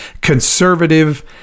conservative